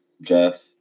Jeff